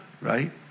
right